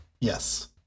Yes